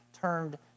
turned